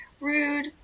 rude